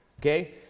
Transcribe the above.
Okay